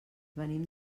venim